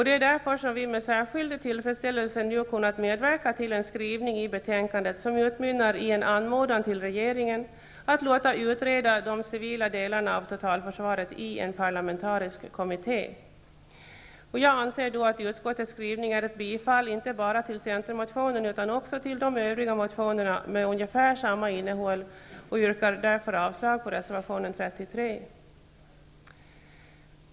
Det är därför som vi med särskild tillfredsställelse nu kunnat medverka till en skrivning i betänkandet som utmynnar i en anmodan till regeringen att låta utreda de civila delarna av totalförsvaret i en parlamentarisk kommitté. Jag anser att utskottets skrivning är ett bifall inte bara till centermotionen utan också till de övriga motionerna med ungefär samma innehåll. Jag yrkar därför avslag på reservation 33.